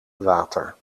water